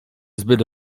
zbyt